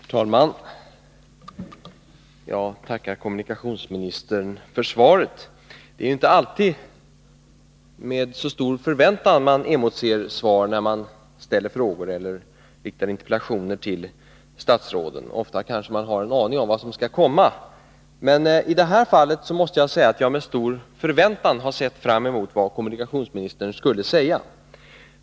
Herr talman! Jag tackar kommunikationsministern för svaret. Det är ju inte alltid med så stor förväntan man emotser svar när man ställer frågor eller riktar interpellationer till statsråden. Ofta har man kanske en aning om vad som skall komma. Men i det här fallet måste jag säga att jag med stor förväntan har sett fram emot vad kommunikationsministern skulle säga.